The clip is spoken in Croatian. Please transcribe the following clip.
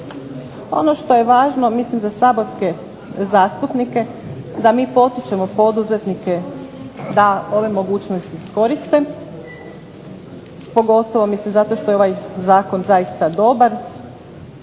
Ono što je važno mislim za saborske zastupnike, da mi potičemo poduzetnike da ove mogućnosti iskoriste, pogotovo zato što je ovaj zakon zaista dobar.